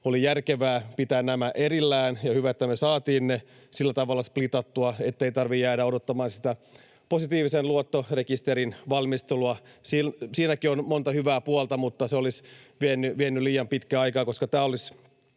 oli järkevää pitää nämä erillään, ja hyvä, että me saatiin ne sillä tavalla splitattua, ettei tarvitse jäädä odottamaan sitä positiivisen luottorekisterin valmistelua. Siinäkin on monta hyvää puolta, mutta se olisi vienyt liian pitkän ajan, koska tämä uudistus,